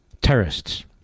terrorists